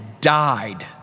died